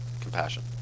compassion